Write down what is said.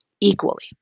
equally